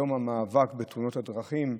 יום המאבק בתאונות הדרכים,